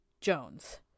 Jones